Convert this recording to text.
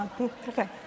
Okay